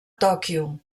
tòquio